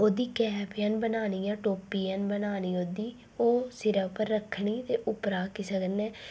ओह्दी कैप जन बनानी ऐ टोपी जन बनानी ओह्दी ओह् सिरै उप्पर रक्खनी ते उप्परा किसै कन्नै